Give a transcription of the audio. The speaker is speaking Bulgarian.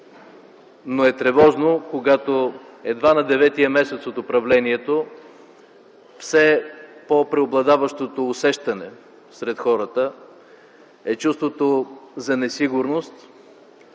но е тревожно, когато едва в деветия месец от управлението все по-преобладаващото усещане сред хората е чувството за несигурност,